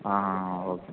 okay